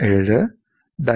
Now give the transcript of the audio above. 07 diamond 5